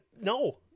No